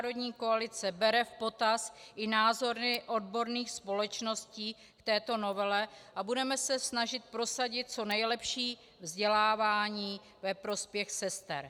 Národní koalice bere v potaz i názory odborných společností k této novele a budeme se snažit prosadit co nejlepší vzdělávání ve prospěch sester.